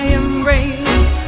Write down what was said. embrace